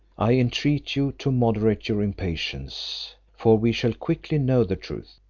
i entreat you to moderate your impatience, for we shall quickly know the truth.